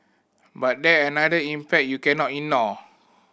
but there another impact you cannot ignore